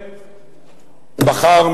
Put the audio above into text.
בחר,